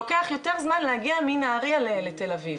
לוקח יותר זמן להגיע מנהריה לתל אביב,